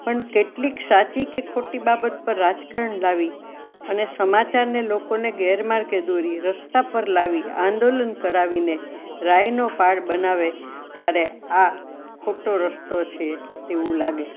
પણ કેટલીક સાચી કે ખોટી બાબત પર રાજકારણ લાવી અને સમાચારને લોકોને ગેરમાર્ગે દોરી રસ્તા પર લાવી આંદોલન કરાવીને રાઈનો પહાડ બનાવે ત્યારે આ ખોટો રસ્તો છે તેવું લાગે